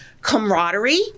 camaraderie